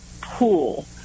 pool